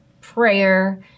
prayer